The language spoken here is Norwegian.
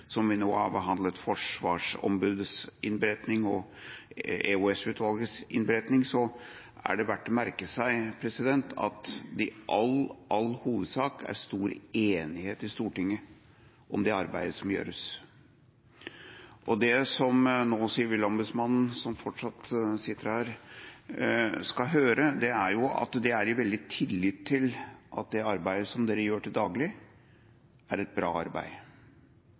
som vi nå har behandlet forsvarsombudets innberetning og EOS-utvalgets innberetning, er det verdt å merke seg at det i all hovedsak er stor enighet i Stortinget om det arbeidet som gjøres. Det som nå sivilombudsmannen, som fortsatt sitter her, skal høre, er at det er i veldig tillit til at det arbeidet som de gjør til daglig, er et bra arbeid.